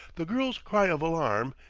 the girl's cry of alarm,